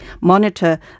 monitor